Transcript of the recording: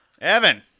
Evan